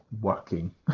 working